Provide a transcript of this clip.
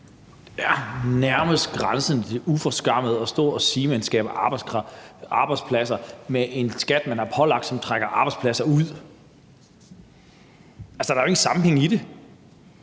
Det er nærmest grænsende til det uforskammede at stå og sige, at man skaber arbejdspladser med en skat, man har pålagt, som trækker arbejdspladser ud. Der er jo ingen sammenhæng i det.